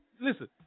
listen